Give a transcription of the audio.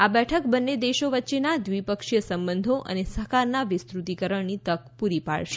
આ બેઠક બંને દેશો વચ્ચેના દ્વિપક્ષીય સંબંધો અને સહકારના વિસ્તૃતીકરણની તક પૂરી પાડશે